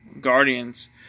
Guardians